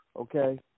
okay